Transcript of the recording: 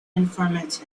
informative